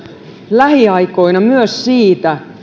lähiaikoina myös siitä